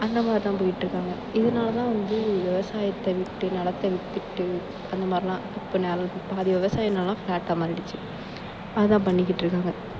அந்த மாதிரி தான் போய்ட்ருக்காங்க இதனால தான் வந்து விவசாயத்தை விட்டு நிலத்த விற்றுட்டு அந்த மாதிரிலாம் இப்போ நெலம் பாதி விவசாய நிலம் ஃப்ளாட்டாக மாறிடுச்சு அதுதான் பண்ணிக்கிட்டிருக்காங்க